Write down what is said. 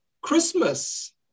Christmas